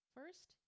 First